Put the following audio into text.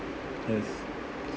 test